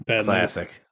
classic